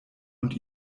und